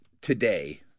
today